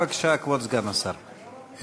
בבקשה, כבוד סגן שר השר.